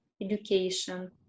education